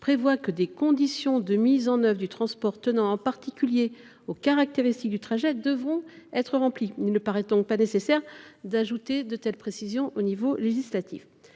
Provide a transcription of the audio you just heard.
prévoit que des conditions de mise en œuvre du transport tenant en particulier aux caractéristiques du trajet devront être remplies. Il ne paraît donc pas nécessaire d’ajouter de telles précisions dans la loi.